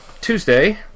Tuesday